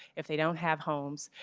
if they don't have homes,